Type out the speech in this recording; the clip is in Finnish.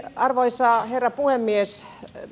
arvoisa herra puhemies